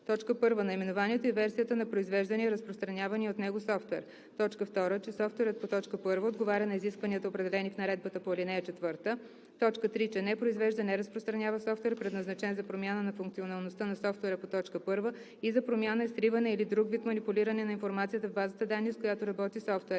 1. наименованието и версията на произвеждания/ разпространявания от него софтуер; 2. че софтуерът по т.1 отговаря на изискванията, определени в наредбата по ал. 4; 3. че не произвежда/не разпространява софтуер, предназначен за промяна на функционалността на софтуера по т. 1 и за промяна, изтриване или друг вид манипулиране на информацията в базата данни, с която работи софтуерът.“